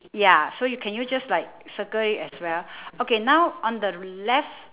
ya so you can you just like circle it as well okay now on the left s~